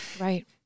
Right